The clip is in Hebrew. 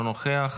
אינו נוכח,